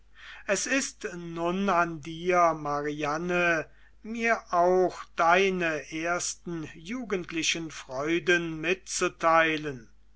es ist nun an dir mariane mir auch deine ersten jugendlichen freuden mitzuteilen